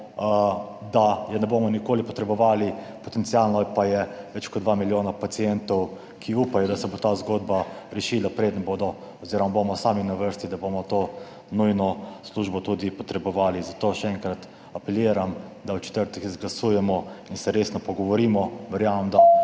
da je ne bomo nikoli potrebovali, potencialno pa je več kot 2 milijona pacientov, ki upajo, da se bo ta zgodba rešila, preden bodo oziroma bomo sami na vrsti, da bomo to nujno službo tudi potrebovali. Zato še enkrat apeliram, da v četrtek glasujemo in se resno pogovorimo, verjamem, da